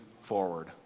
forward